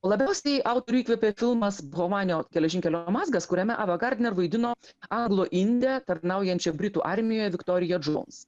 o labiausiai autorių įkvėpė filmas buvo bovanio geležinkelio mazgas kuriame ava gardner vaidino anglo indę tarnaujančią britų armijoj viktoriją džons